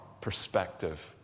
perspective